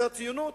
זאת ציונות?